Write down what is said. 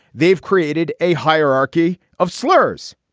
they've created a hierarchy of slurs.